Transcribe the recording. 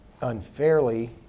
unfairly